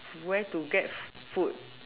where to get food